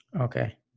Okay